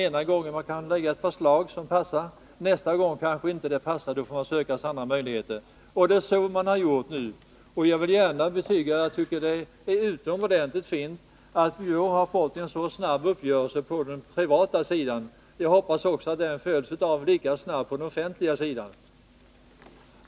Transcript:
Den andra gången kanske ett sådant förslag inte passar, utan man får söka sig fram till andra möjligheter. Så skulle man ha gjort också den här gången. Jag vill gärna betyga att det är utomordentligt fint att vi i år fått en så snabb uppgörelse på den privata sidan. Jag hoppas att den lika snabbt kommer att följas av ett avtal på den offentliga sidan.